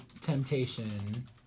Temptation